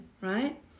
right